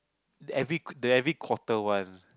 the every the every quarter one